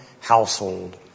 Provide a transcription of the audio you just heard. household